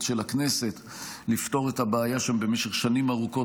של הכנסת לפתור את הבעיה שם במשך שנים ארוכות,